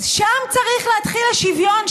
שם צריך להתחיל השוויון,